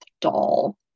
doll